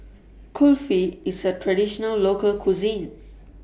Kulfi IS A Traditional Local Cuisine